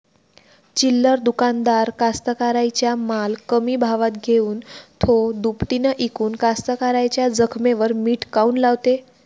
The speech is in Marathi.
चिल्लर दुकानदार कास्तकाराइच्या माल कमी भावात घेऊन थो दुपटीनं इकून कास्तकाराइच्या जखमेवर मीठ काऊन लावते?